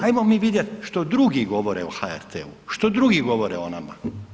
Ajmo mi vidjeti što drugi govore o HRT-u, što drugi govore o nama.